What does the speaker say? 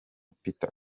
peter